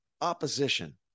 opposition